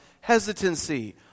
hesitancy